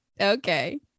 okay